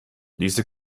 diese